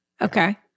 Okay